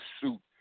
suit